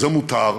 זה מותר.